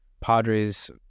Padres